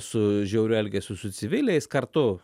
su žiauriu elgesiu su civiliais kartu